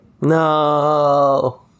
No